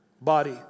body